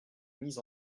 mise